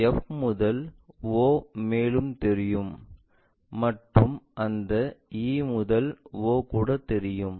f முதல்to o மேலும் தெரியும் மற்றும் அந்த e முதல் o கூட தெரியும்